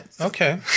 Okay